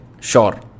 Sure